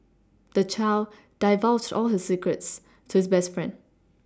the child divulged all his secrets to his best friend